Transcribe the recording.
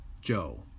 Joe